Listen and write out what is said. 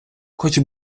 хоч